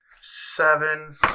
Seven